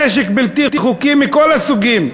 נשק בלתי חוקי מכל הסוגים.